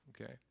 okay